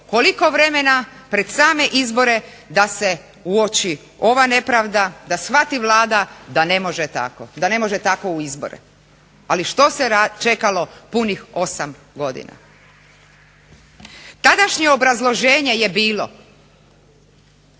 koliko vremena, pred same izbore da se uoči ova nepravda, da shvati Vlada da ne može tako u izbora. Ali što se čekalo punih osam godina? Tadašnje obrazloženje je bilo